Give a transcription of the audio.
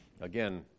Again